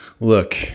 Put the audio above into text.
look